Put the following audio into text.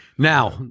Now